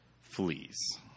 fleas